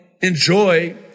enjoy